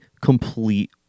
complete